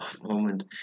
moment